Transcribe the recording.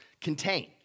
contain